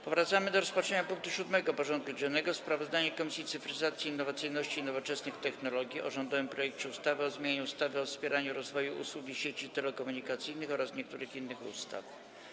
Powracamy do rozpatrzenia punktu 7. porządku dziennego: Sprawozdanie Komisji Cyfryzacji, Innowacyjności i Nowoczesnych Technologii o rządowym projekcie ustawy o zmianie ustawy o wspieraniu rozwoju usług i sieci telekomunikacyjnych oraz niektórych innych ustaw.